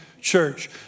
church